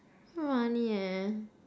so funny leh